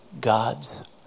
God's